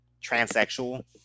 transsexual